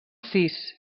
sis